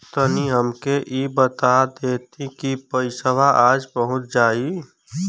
तनि हमके इ बता देती की पइसवा आज पहुँच जाई?